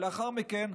ולאחר מכן,